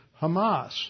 Hamas